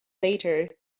later